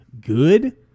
good